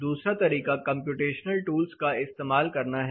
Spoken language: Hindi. दूसरा तरीका कंप्यूटेशनल टूल्स का इस्तेमाल करना है